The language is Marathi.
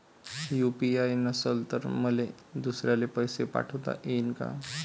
यू.पी.आय नसल तर मले दुसऱ्याले पैसे पाठोता येईन का?